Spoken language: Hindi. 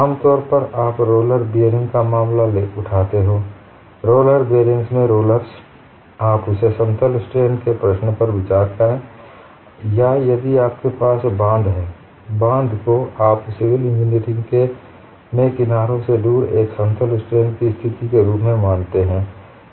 आम तौर पर आप रोलर बीयरिंग का मामला उठाते हो रोलर बीयरिंग में रोलर्स आप उसे समतल स्ट्रेन के प्रश्न पर विचार करें या यदि आपके पास बांध है बांध को आप सिविल इंजीनियरिंग में किनारों से दूर एक समतल स्ट्रेन की स्थिति के रूप में मानते हैं